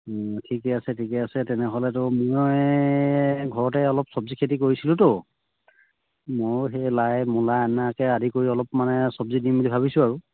ঠিকে আছে ঠিকে আছে তেনেহ'লেতো মই ঘৰতে অলপ চব্জি খেতি কৰিছিলোঁতো মইও সেই লাই মূলা এনেকৈ আদি কৰি অলপ মানে চব্জি দিম বুলি ভাবিছোঁ আৰু